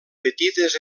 petites